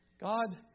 God